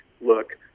look